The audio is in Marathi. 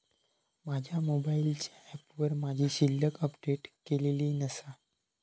माझ्या मोबाईलच्या ऍपवर माझी शिल्लक अपडेट केलेली नसा